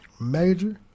major